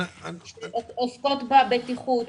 הן עוסקות בבטיחות,